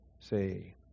Say